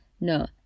No